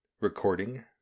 Recording